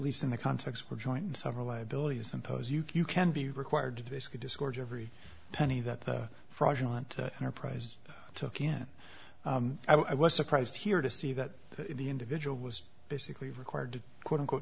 least in the context we're joined several liabilities and pose you can be required to basically discords every penny that the fraudulent enterprise took in i was surprised here to see that the individual was basically required to quote unquote